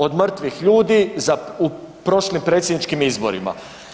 Od mrtvih ljudi u prošlim predsjedničkim izborima?